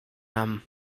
nam